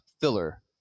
filler